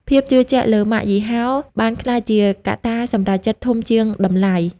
ភាពជឿជាក់លើ "ម៉ាកយីហោ" បានក្លាយជាកត្តាសម្រេចចិត្តធំជាងតម្លៃ។